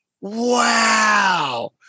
Wow